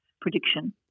prediction